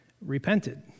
repented